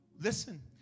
listen